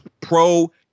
pro